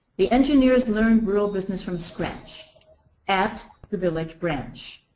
the engineers learn rural business from scratch at the village branch.